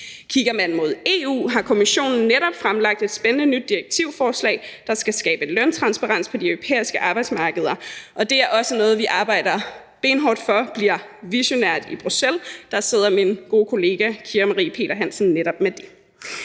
Kigger man mod EU, har Kommissionen netop fremlagt et spændende nyt direktivforslag, der skal skabe løntransparens på de europæiske arbejdsmarkeder, og det er også noget, vi arbejder benhårdt for bliver visionært i Bruxelles; der sidder min gode kollega Kira Marie Peter-Hansen netop med det.